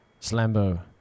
Slambo